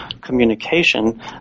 communication